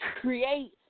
create